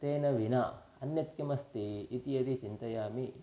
तेन विना अन्यत् किमस्ति इति यदि चिन्तयामि